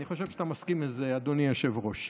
אני חושב שאתה מסכים לזה, אדוני היושב-ראש.